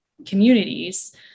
communities